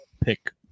pick